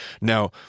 Now